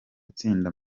itsinda